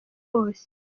hose